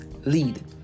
lead